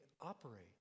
operate